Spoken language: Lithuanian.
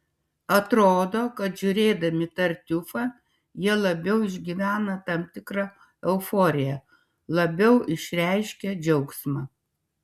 atrodo kad žiūrėdami tartiufą jie labiau išgyvena tam tikrą euforiją labiau išreiškia džiaugsmą